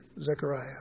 Zechariah